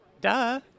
Duh